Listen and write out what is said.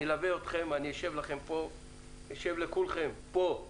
אני אלווה אתכם, אני אשב לכולכם על הצוואר.